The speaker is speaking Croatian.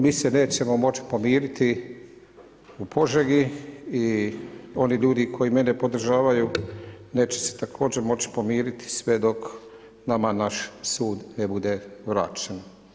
Mi se nećemo moći pomiriti u Požegi i oni ljudi koji mene podržavaju neće se također moći pomiriti sve dok nama naš sud ne bude vraćen.